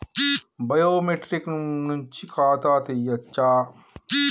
Biometric నుంచి ఖాతా తీయచ్చా?